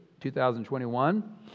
2021